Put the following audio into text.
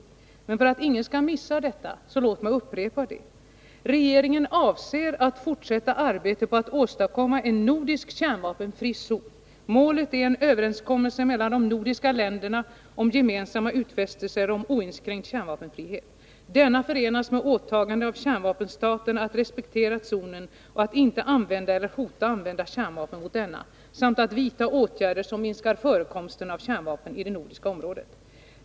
Låt mig, för att ingen skall missa detta, upprepa den: Regeringen avser att fortsätta arbetet på att åstadkomma en nordisk kärnvapenfri zon. Målet är en överenskommelse mellan de nordiska länderna om gemensamma utfästelser om oinskränkt kärnvapenfrihet. Denna förenas med åtaganden av kärnvapenstater att respektera zonen och att inte använda eller hota att använda kärnvapen mot denna samt att vidta åtgärder som minskar förekomsten av kärnvapen i det nordiska området.